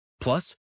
Plus